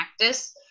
practice